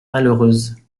malheureuses